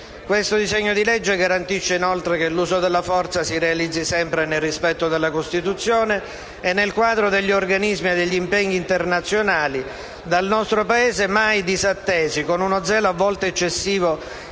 Il disegno di legge in argomento garantisce che l'uso della forza militare si realizzi sempre nel rispetto della Costituzione e nel quadro degli organismi e degli impegni internazionali, dal nostro Paese mai disattesi, con uno zelo a volte eccessivo